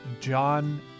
John